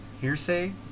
Hearsay